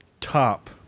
Top